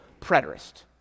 preterist